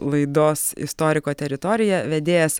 laidos istoriko teritorija vedėjas